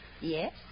Yes